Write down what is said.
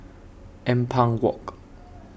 Ampang Walk